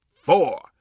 four